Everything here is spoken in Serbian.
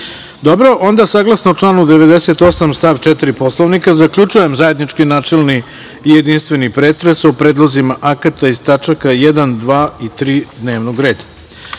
(Ne.)Saglasno članu 98. stav 4. Poslovnika, zaključujem zajednički načelni i jedinstveni pretres o predlozima akata iz tačaka 1, 2 i 3. dnevnog